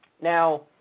Now